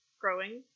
growing